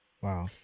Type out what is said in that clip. Wow